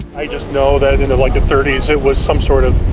i just know that in the like the thirty s it was some sort of